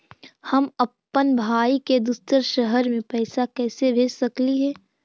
हम अप्पन भाई के दूसर शहर में पैसा कैसे भेज सकली हे?